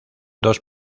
dos